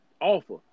offer